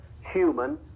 human